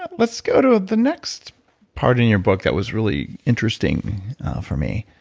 but let's go to the next part in your book that was really interesting for me,